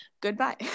goodbye